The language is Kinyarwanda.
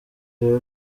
rero